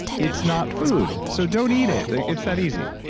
it's not food so don't eat it. it's that easy.